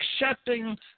accepting